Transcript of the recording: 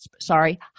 Sorry